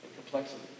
complexity